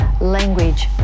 language